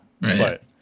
Right